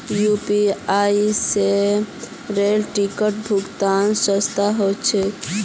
UPI स rail ticket भुक्तान सस्ता ह छेक